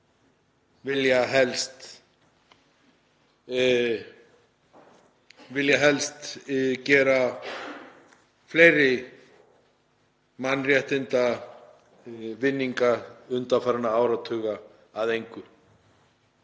vilja helst gera fleiri mannréttindaávinninga undanfarinna áratuga að engu.